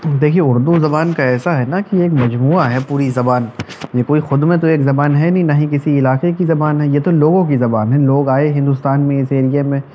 دیکھیے اردو زبان کا ایسا ہے نا کہ ایک مجموعہ ہے پوری زبان یہ کوئی خود میں تو ایک زبان ہے نہیں نہ ہی کسی علاقے کی زبان ہے یہ تو لوگوں کی زبان ہے لوگ آئے ہندوستان میں اس ایریے میں